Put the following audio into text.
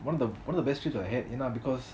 one of the one of the best trips I had you know because